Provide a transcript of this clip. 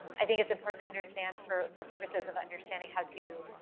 i think it's important to understand for for purposes of understanding how to